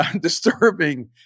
disturbing